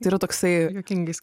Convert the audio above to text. yra toksai juokingai